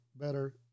better